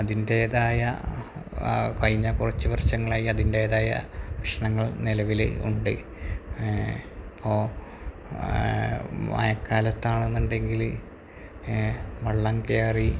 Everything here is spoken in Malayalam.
അതിൻ്റേതായ കഴിഞ്ഞ കുറച്ചു വർഷങ്ങളായി അതിൻ്റേതായ പ്രശ്ങ്ങൾ നിലവില് ഉണ്ട് അപ്പോള് മഴക്കാലത്താണെന്നുണ്ടെങ്കില് വെള്ളം കയറി